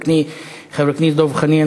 חבר הכנסת דב חנין,